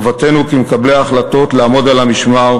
מחובתנו כמקבלי החלטות לעמוד על המשמר